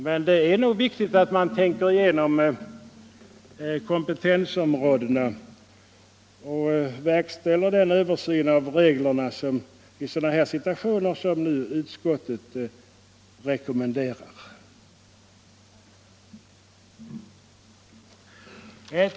Men det är nog viktigt att vi tänker igenom kompetensområdena och verkställer den översyn av reglerna i sådana här situationer som utskottet nu rekommenderar.